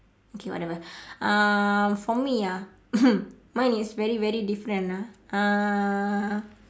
okay whatever um for me ah mine is very very different ah uh